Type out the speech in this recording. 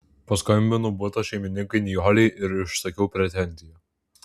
paskambinau buto šeimininkei nijolei ir išsakiau pretenziją